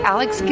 Alex